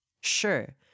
Sure